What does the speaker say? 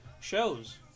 shows